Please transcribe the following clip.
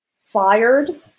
fired